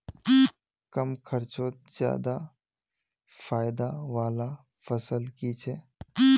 कम खर्चोत ज्यादा फायदा वाला फसल की छे?